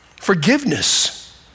forgiveness